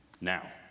Now